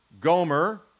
Gomer